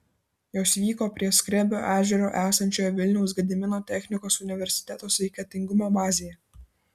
jos vyko prie skrebio ežero esančioje vilniaus gedimino technikos universiteto sveikatingumo bazėje